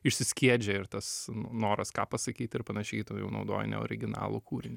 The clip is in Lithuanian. išsiskiedžia ir tas noras ką pasakyt ir panašiai tu jau naudoji ne originalų kūrinį